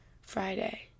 Friday